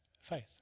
faith